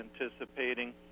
anticipating